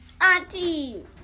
auntie